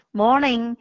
morning